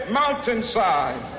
mountainside